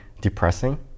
depressing